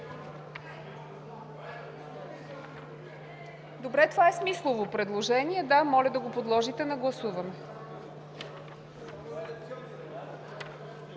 Добре, това е смислово предложение, да. Моля да го подложите на гласуване.